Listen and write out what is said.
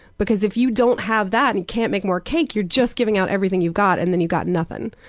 because if you don't have that, and you can't make more cake, you're just giving out everything you've got and then you got nothin'.